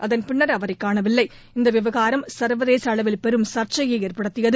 அதன் பின்னா் அவரை காணவில்லை இந்த விவகாரம் சா்வதேச அளவில் பெரும் சா்ச்சையை ஏற்படுத்தியது